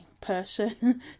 person